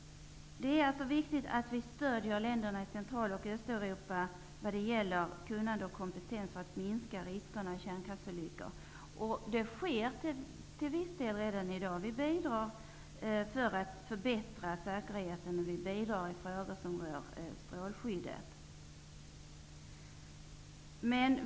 Det är alltså viktigt att vi stödjer länderna i Centraloch Östeuropa med kunnande och kompetens för att minska riskerna för kärnkraftsolyckor. Det sker till viss del redan i dag. Vi bidrar till att förbättra säkerheten och i frågor som rör strålskyddet.